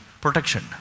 Protection